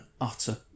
utter